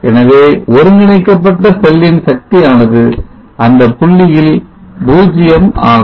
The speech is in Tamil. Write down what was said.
எனவே ஒருங்கிணைக்கப்பட்ட செல்லின் சக்தியானது அந்தப் புள்ளியில் 0 ஆகும்